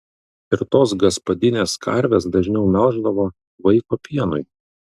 ir tos gaspadinės karves dažniau melždavo vaiko pienui